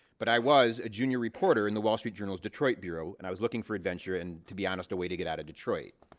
but i was a junior reporter in the wall street journal's detroit bureau. and i was looking for adventure and, to be honest, a way to get out of detroit.